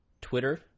Twitter